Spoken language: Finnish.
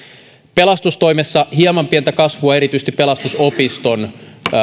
pelastustoimessa on hieman pientä kasvua erityisesti pelastusopiston